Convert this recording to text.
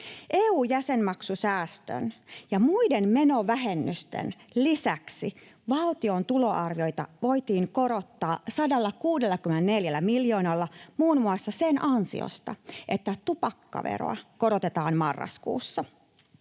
EU-jäsenmaksusäästön ja muiden menovähennysten lisäksi valtion tuloarviota voitiin korottaa 164 miljoonalla muun muassa sen ansiosta, että tupakkaveroa korotetaan marraskuussa.